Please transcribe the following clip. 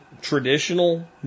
traditional